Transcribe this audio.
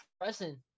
pressing